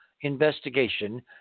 investigation